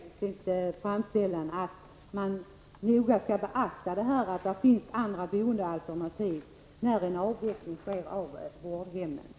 Fru talman! Utskottsmajoriteten uttrycker också i sin framställning att man noga skall beakta att det finns andra boendealternativ när en avveckling av vårdhem sker.